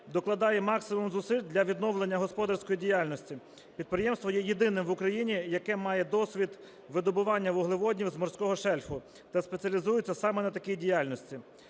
докладає максимум зусиль для відновлення господарської діяльності. Підприємство є єдиним в Україні, яке має досвід видобування вуглеводнів з морського шельфу та спеціалізується саме на такій діяльності.